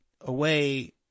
away